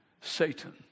Satan